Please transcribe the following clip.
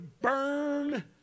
burn